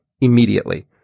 immediately